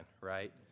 right